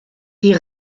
die